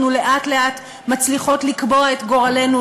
אנחנו לאט-לאט מצליחות לקבוע את גורלנו,